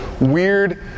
weird